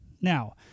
Now